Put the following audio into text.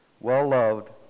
well-loved